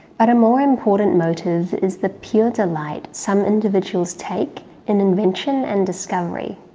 but a more important motive is the pure delight some individuals take in invention and discovery.